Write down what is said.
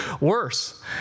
worse